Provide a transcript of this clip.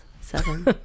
seven